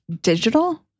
Digital